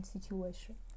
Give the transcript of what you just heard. situation